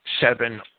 seven